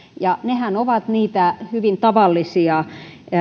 ja nehän ovat niitä hyvin tavallisia